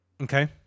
okay